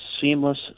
seamless